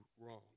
wrong